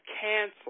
canceled